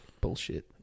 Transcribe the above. Bullshit